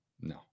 No